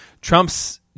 Trump's